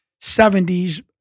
seventies